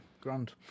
grand